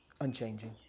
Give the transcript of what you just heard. Unchanging